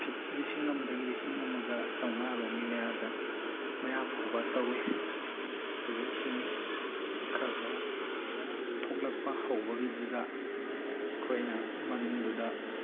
fit ꯂꯤꯁꯤꯡ ꯑꯃꯗꯒꯤ ꯂꯤꯁꯤꯡ ꯑꯃꯒ ꯆꯥꯝꯃꯉꯥꯔꯣꯝꯒꯤ ꯃꯌꯥꯗ ꯃꯌꯥ ꯐꯥꯎꯕ ꯇꯧꯏ ꯑꯗꯨꯒ ꯏꯁꯤꯡ ꯈꯔ ꯈꯔ ꯊꯣꯛꯂꯛꯄ ꯍꯧꯕꯒꯤꯗꯨꯗ ꯑꯩꯈꯣꯏꯅ ꯃꯅꯨꯡꯗꯨꯗ